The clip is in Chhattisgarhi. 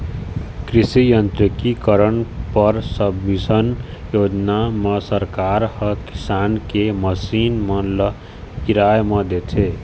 कृषि यांत्रिकीकरन पर सबमिसन योजना म सरकार ह किसानी के मसीन मन ल किराया म देथे